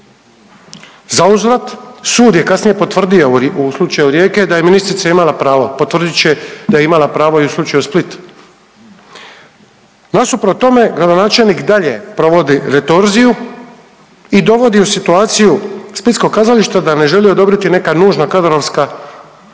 Za uzvrat sud je kasnije potvrdio u slučaju Rijeke da je ministrica imala pravo, potvrdit će da je imala pravo i u slučaju Split. Nasuprot tome gradonačelnik i dalje provodi retorziju i dovodi u situaciju splitsko kazalište da ne želi odobriti neka nužna kadrovska imenovanja